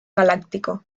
galáctico